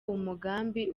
umugambi